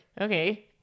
Okay